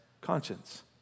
conscience